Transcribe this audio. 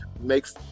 makes